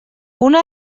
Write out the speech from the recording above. una